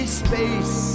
space